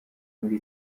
muri